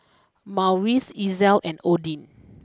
Maurice Ezell and Odin